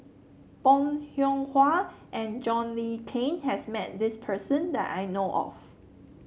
Bong Hiong Hwa and John Le Cain has met this person that I know of